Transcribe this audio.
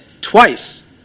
twice